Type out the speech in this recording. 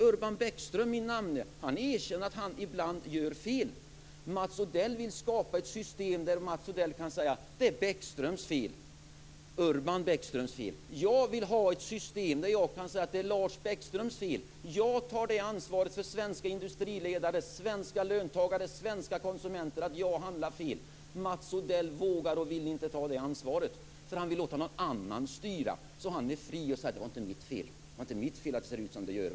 Urban Bäckström, min namne, erkänner att han ibland gör fel. Mats Odell vill skapa ett system där Mats Odell kan säga att det är Urban Bäckströms fel. Jag vill ha ett system där jag kan säga att det är Lars Bäckströms fel. Jag tar det ansvaret inför svenska industriledare, svenska löntagare och svenska konsumenter att jag handlar fel. Mats Odell vågar och vill inte ta det ansvaret. Han vill låta någon annan styra så att han är fri och kan säga att det inte är hans fel att det ser ut som det gör.